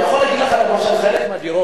אני יכול להגיד לך שחלק מהדירות,